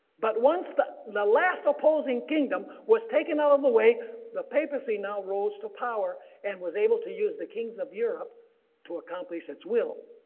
but once the last opposing kingdom was taken out of the way the papacy now rose to power and was able to use the kings of europe to accomplish its will.